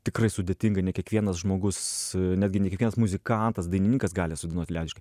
tikrai sudėtinga ne kiekvienas žmogus netgi ne kiekvienas muzikantas dainininkas gali sudainuot liaudiškai